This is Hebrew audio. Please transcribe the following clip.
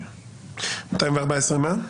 214 מה?